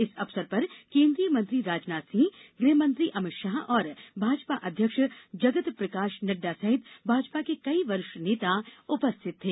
इस अवसर पर केन्द्रीय मंत्री राजनाथ सिंह गृहमंत्री अमित शाह और भाजपा अध्यक्ष जगत प्रकाश नड्डा सहित भाजपा के कई वरिष्ठ नेता उपस्थित थे